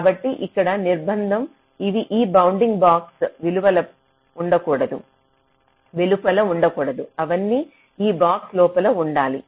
కాబట్టి ఇక్కడి నిర్బంధం ఇవి ఈ బౌండింగ్ బాక్స్ వెలుపల ఉండకూడదు అవన్నీ ఈ బాక్స్ లోపల ఉండాలి